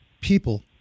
people